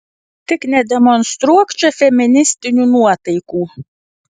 tik nedemonstruok čia feministinių nuotaikų